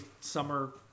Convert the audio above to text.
summer